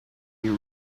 you